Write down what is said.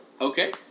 Okay